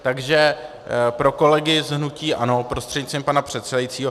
Takže pro kolegy z hnutí ANO prostřednictvím pana předsedajícího.